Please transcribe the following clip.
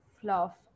fluff